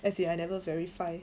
as in I never verify